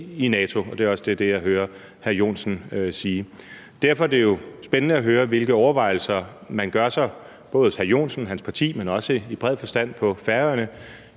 i NATO, og det er også det, jeg hører hr. Edmund Joensen sige. Derfor er det jo spændende at høre, hvilke overvejelser man gør sig, både hos hr. Joensen, hans parti, men også i bred forstand på Færøerne,